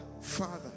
Father